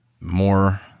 more